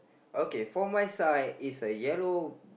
okay for my side is a yellow